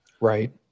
Right